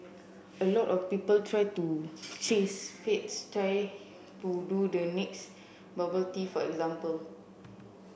a lot of people try to chase fads try to do the next bubble tea for example